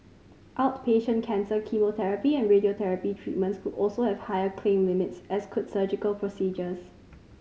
outpatient cancer chemotherapy and radiotherapy treatments could also have higher claim limits as could surgical procedures